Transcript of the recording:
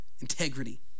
integrity